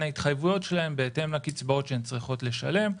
ההתחייבויות שלהן בהתאם לקצבאות שהן צריכות לשלם.